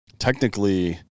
Technically